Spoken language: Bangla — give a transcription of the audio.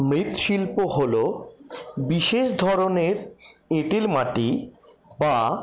মৃৎশিল্প হল বিশেষ ধরণের এঁটেল মাটি বা